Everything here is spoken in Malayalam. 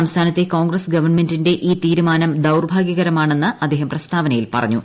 സംസ്ഥാനത്തെ കോൺഗ്രസ് ഗവൺമെന്റിന്റെ ഈ തീരുമാനം ദൌർഭാഗ്യകരമാ ണെന്ന് അദ്ദേഹം പ്രസ്താവനയിൽ പറഞ്ഞു